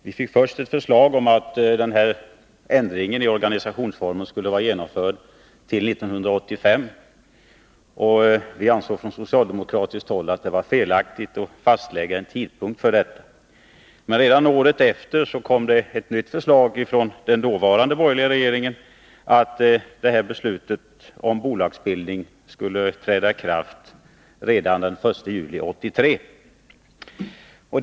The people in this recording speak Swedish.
Vi fick först ett förslag om att den här ändringen i organisationsformen skulle vara genomförd till 1985, och vi socialdemokrater ansåg att det var felaktigt att fastlägga en tidpunkt för detta. Men redan året efter kom ett nytt förslag från den dåvarande borgerliga regeringen om att beslutet om bolagsbildning skulle träda i kraft redan den 1 juli 1983.